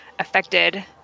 affected